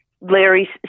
Larry